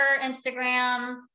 Instagram